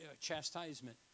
chastisement